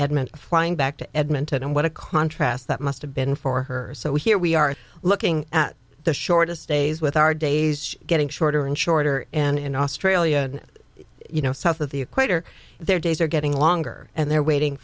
edmonton flying back to edmonton and what a contrast that must have been for her so here we are looking at the shortest days with our days getting shorter and shorter and in australia you know south of the equator their days are getting longer and they're waiting